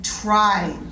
try